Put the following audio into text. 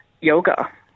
yoga